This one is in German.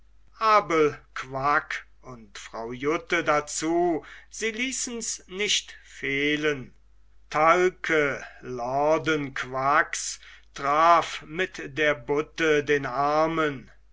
abel quack und frau jutte dazu sie ließens nicht fehlen talke lorden quacks traf mit der butte den armen